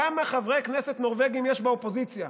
כמה חברי כנסת נורבגים יש באופוזיציה?